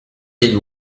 till